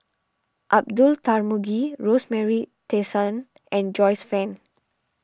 Abdullah Tarmugi Rosemary Tessensohn and Joyce Fan